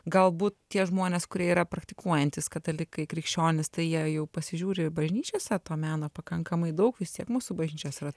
galbūt tie žmonės kurie yra praktikuojantys katalikai krikščionys tai jie jau pasižiūri bažnyčiose to meno pakankamai daug vis tiek mūsų bažnyčios yra